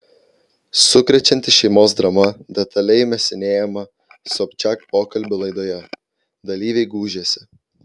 sukrečianti šeimos drama detaliai mėsinėjama sobčiak pokalbių laidoje dalyviai gūžiasi